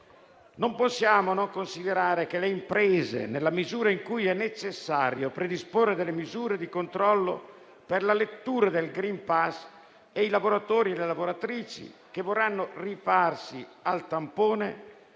Non possiamo non considerare che le imprese, nella misura in cui è necessario predisporre delle misure di controllo per la lettura del *green pass,* e i lavoratori e le lavoratrici che vorranno rifarsi al tampone,